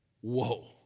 Whoa